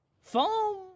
Foam